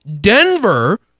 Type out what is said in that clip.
Denver